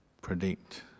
predict